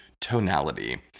Tonality